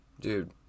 Dude